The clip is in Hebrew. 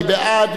מי בעד?